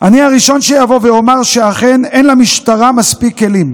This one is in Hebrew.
אני הראשון שיבוא ויאמר שאכן אין למשטרה מספיק כלים,